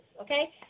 okay